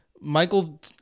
Michael